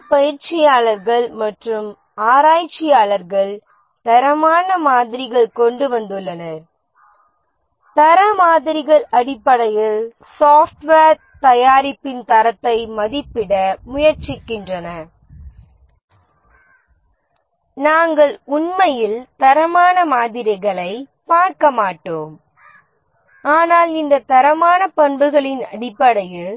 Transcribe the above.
பல பயிற்சியாளர்கள் மற்றும் ஆராய்ச்சியாளர்கள் தரமான மாதிரிகள் கொண்டு வந்துள்ளனர் தர மாதிரிகள் அடிப்படையில் சாப்ட்வேர் தயாரிப்பின் தரத்தை மதிப்பிட முயற்சிக்கின்றன நாம் உண்மையில் தரமான மாதிரிகளைப் பார்க்க மாட்டோம் ஆனால் இந்த தரமான பண்புகளின் அடிப்படையில்